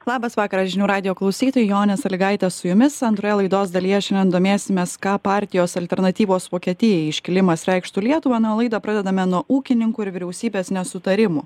labas vakaras žinių radijo klausytojai jonė salygaitė su jumis antroje laidos dalyje šiandien domėsimės ką partijos alternatyvos vokietijai iškilimas reikštų lietuva na o laidą pradedame nuo ūkininkų ir vyriausybės nesutarimų